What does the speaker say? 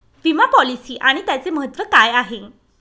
विमा पॉलिसी आणि त्याचे महत्व काय आहे?